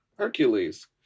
Hercules